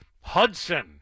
Hudson